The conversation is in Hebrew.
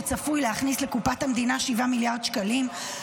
שצפוי להכניס לקופת המדינה שבעה מיליארד שקלים.